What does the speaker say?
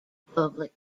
public